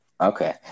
Okay